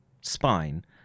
spine